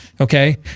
Okay